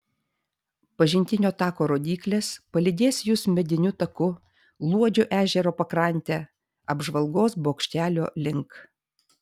pažintinio tako rodyklės palydės jus mediniu taku luodžio ežero pakrante apžvalgos bokštelio link